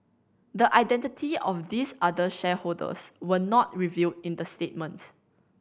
the identity of these other shareholders were not revealed in the statement